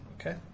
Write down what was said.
Okay